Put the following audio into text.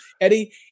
Eddie